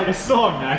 ah song